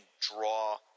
draw